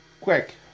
quick